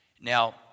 Now